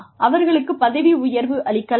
அவர்களுக்குப் பதவி உயர்வு அளிக்கலாமா